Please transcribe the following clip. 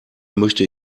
möchte